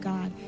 God